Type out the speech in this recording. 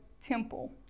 temple